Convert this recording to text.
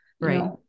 right